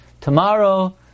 tomorrow